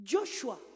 Joshua